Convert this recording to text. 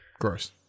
Gross